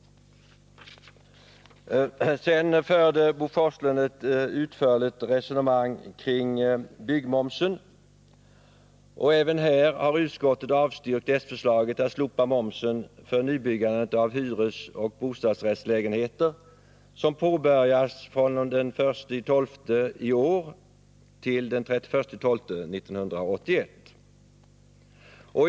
Sedan förde Bo Forslund ett utförligt resonemang kring byggmomsen. Utskottet har avstyrkt det socialdemokratiska förslaget att slopa momsen för nybyggande av hyresoch bostadsrättslägenheter som påbörjas från den 1 december i år till den 31 december 1981.